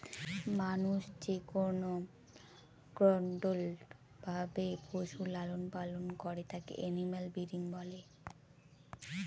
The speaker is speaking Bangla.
মানুষ যেকোনো কন্ট্রোল্ড ভাবে পশুর লালন পালন করে তাকে এনিম্যাল ব্রিডিং বলে